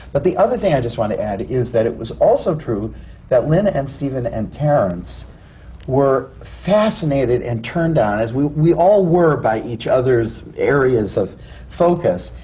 but the other thing that i just want to add is that it was also true that lynn and stephen and terrence were fascinated and turned on, as we we all were by each other's areas of focus.